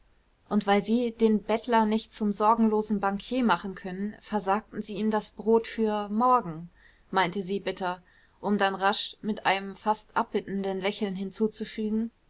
und weil sie den bettler nicht zum sorgenlosen bankier machen können versagten sie ihm das brot für morgen meinte sie bitter um dann rasch mit einem fast abbittenden lächeln hinzuzufügen